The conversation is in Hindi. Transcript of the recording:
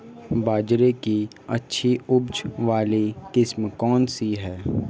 बाजरे की अच्छी उपज वाली किस्म कौनसी है?